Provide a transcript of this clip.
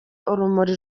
urumuri